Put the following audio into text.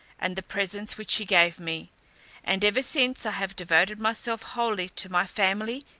and the presents which he gave me and ever since i have devoted myself wholly to my family,